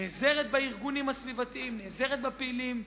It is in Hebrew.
נעזרת בארגונים הסביבתיים, נעזרת בפעילים,